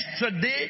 yesterday